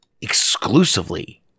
exclusively